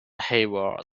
hayward